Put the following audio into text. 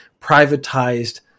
privatized